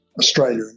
Australia